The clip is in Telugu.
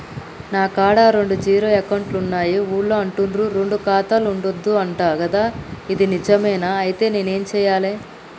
నా కాడా రెండు జీరో అకౌంట్లున్నాయి ఊళ్ళో అంటుర్రు రెండు ఖాతాలు ఉండద్దు అంట గదా ఇది నిజమేనా? ఐతే నేనేం చేయాలే?